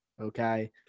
Okay